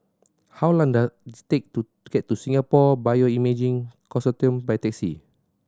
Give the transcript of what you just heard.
how long does take to get to Singapore Bioimaging Consortium by taxi